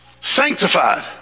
sanctified